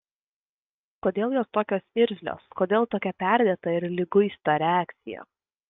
kodėl jos tokios irzlios kodėl tokia perdėta ir liguista reakcija